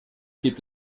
gibt